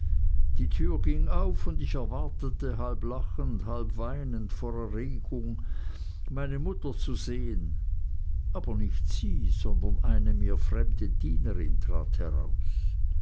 die tür ging auf und ich erwartete halb lachend halb weinend vor erregtheit meine mutter zu sehen aber nicht sie sondern eine mir fremde dienerin trat heraus